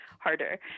harder